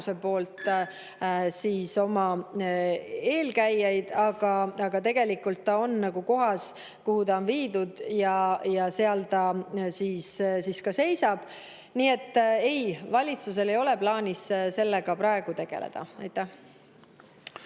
eelkäijaid mälestamas, aga tegelikult on ta kohas, kuhu ta on viidud, ja seal ta ka seisab. Nii et ei, valitsusel ei ole plaanis sellega praegu tegeleda. Aitäh!